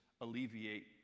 alleviate